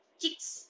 chicks